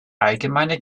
allgemeine